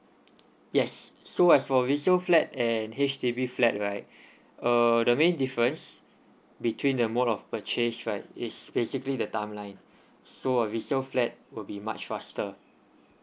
yes so as for resale flat and H_D_B flat right uh the main difference between the mode of purchase right it's basically the timeline so a resale flat will be much faster